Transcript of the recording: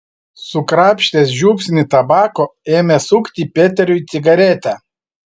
sukrapštęs žiupsnį tabako ėmė sukti peteriui cigaretę